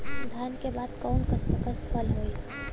धान के बाद कऊन कसमक फसल होई?